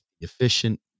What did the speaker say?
efficient